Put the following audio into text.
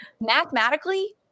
mathematically